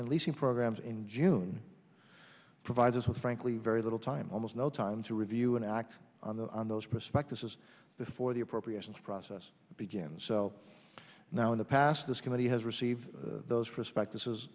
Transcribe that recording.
and leasing programs in june provide us with frankly very little time almost no time to review and act on those prospectuses before the appropriations process begins so now in the past this committee has received those prospectus